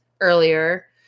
earlier